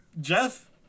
Jeff